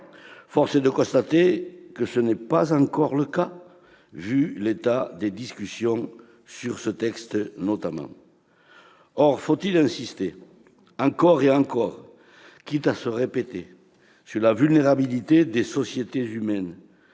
Force est de constater que ce n'est pas encore le cas, vu l'état des discussions, sur ce texte notamment. Or faut-il insister, encore et encore, quitte à se répéter, sur la vulnérabilité des sociétés humaines